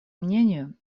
мнению